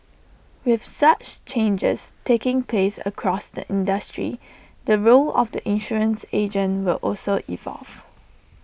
with such changes taking place across the industry the role of the insurance agent will also evolve